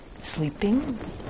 sleeping